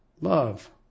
Love